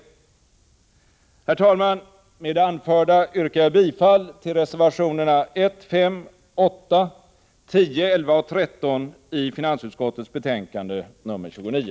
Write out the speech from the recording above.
Herr talman! Med det anförda yrkar jag bifall till reservationerna 1, 5, 8, 10, 11 och 13 i finansutskottets betänkande 29.